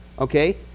okay